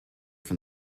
from